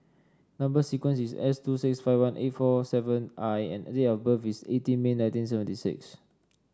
number sequence is S two six five one eight four seven I and date of birth is eighteen May nineteen seventy six